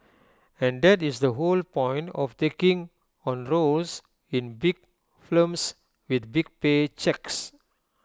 and that is the whole point of taking on roles in big films with big pay cheques